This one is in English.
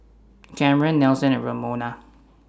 Cameron Nelson and Ramona